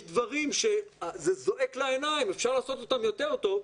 דברים שזה זועק לעיניים ואפשר לעשות אותם יותר טוב.